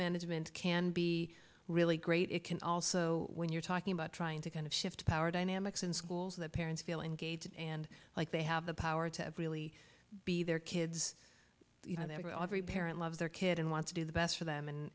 management can be really great it can also when you're talking about trying to kind of shift power dynamics in schools that parents feel engaged and like they have the power to really be their kids you know they were every parent loves their kid and want to do the best for them and